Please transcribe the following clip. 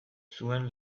zuen